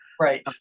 right